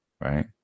Right